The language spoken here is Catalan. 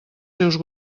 seus